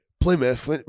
Plymouth